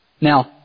Now